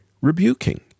rebuking